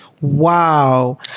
wow